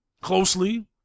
closely